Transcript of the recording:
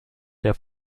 der